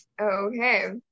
Okay